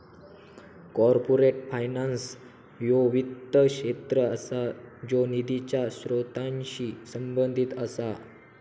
corporate finance ह्यो वित्त क्षेत्र असा ज्यो निधीच्या स्त्रोतांशी संबंधित असा